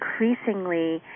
increasingly